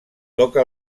toca